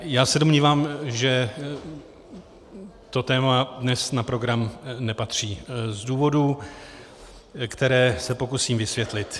Já se domnívám, že to téma dnes na program nepatří z důvodů, které se pokusím vysvětlit.